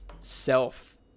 self